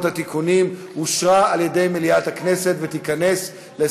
12 בעד, אין מתנגדים, אין נמנעים.